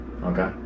Okay